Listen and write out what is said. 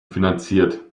finanziert